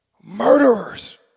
Murderers